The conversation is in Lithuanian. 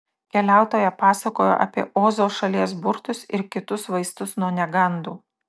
keliautoja pasakojo apie ozo šalies burtus ir kitus vaistus nuo negandų